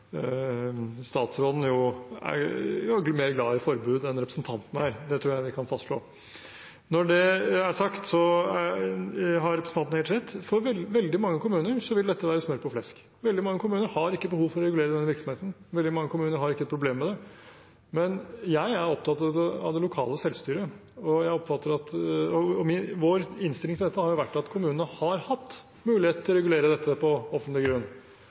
statsråden er noe mer glad i forbud enn representanten er, det tror jeg vi kan fastslå. Når det er sagt, har representanten helt rett. For veldig mange kommuner vil dette være smør på flesk. Veldig mange kommuner har ikke behov for å regulere denne virksomheten, veldig mange kommuner har ikke et problem med det. Jeg er opptatt av det lokale selvstyret, og vår innstilling til dette har vært at kommunene har hatt mulighet til å regulere dette på offentlig grunn.